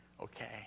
okay